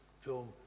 film